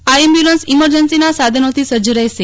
આ ambulance emergency સાધનોથી સજજ રહેશે